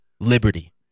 liberty